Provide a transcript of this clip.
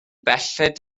belled